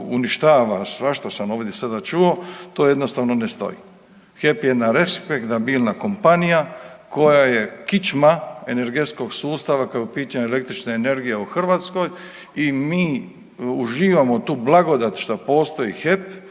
uništava, svašta sam ovdje sada čuo, to jednostavno ne stoji. HEP je jedna respektabilna kompanija koja je kičma energetskog sustava kao .../Govornik se ne razumije./... električne energije u Hrvatskoj i mi uživamo tu blagodat što postoji HEP